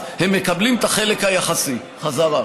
הם מקבלים את החלק היחסי בחזרה.